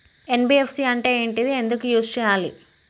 NBFC అంటే ఏంటిది ఎందుకు యూజ్ చేయాలి?